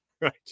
Right